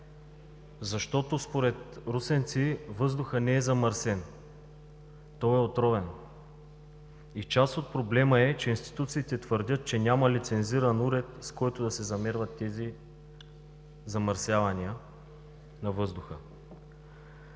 преса. Според русенци въздухът не е замърсен, той е отровен! Част от проблема е, че институциите твърдят, че няма лицензиран уред, с който да се замерват тези замърсявания на въздуха.